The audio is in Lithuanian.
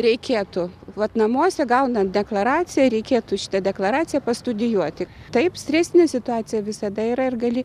reikėtų vat namuose gaunant deklaraciją reikėtų šitą deklaraciją pastudijuoti taip stresinė situacija visada yra ir gali